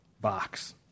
box